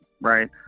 right